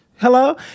hello